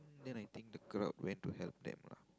then I think the clerk went to help them ah